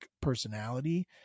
personality